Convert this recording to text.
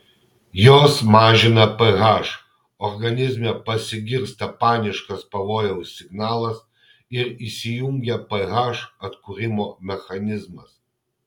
jos mažina ph organizme pasigirsta paniškas pavojaus signalas ir įsijungia ph atkūrimo mechanizmas